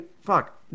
fuck